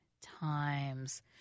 times